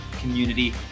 community